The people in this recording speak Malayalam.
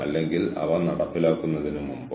ഞാൻ കൂടുതൽ പഠിക്കേണ്ടതുണ്ടോ